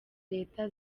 leta